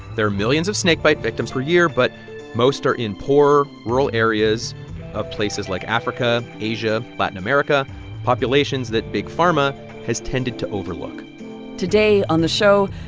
there are millions of snake bite victims per year, but most are in poor, rural areas of places like africa, asia, latin america populations that big pharma has tended to overlook today on the show,